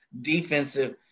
defensive